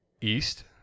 East